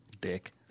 Dick